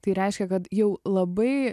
tai reiškia kad jau labai